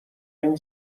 این